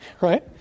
right